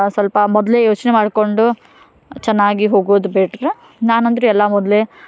ಸ್ವಲ್ಪ ಮೊದಲೇ ಯೋಚನೆ ಮಾಡಿಕೊಂಡು ಚೆನ್ನಾಗಿ ಹೋಗೋದು ಬೆಟ್ರ್ ನಾನು ಅಂದ್ರೆ ಎಲ್ಲ ಮೊದಲೇ